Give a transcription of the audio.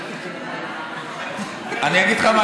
סליחה?